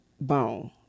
bone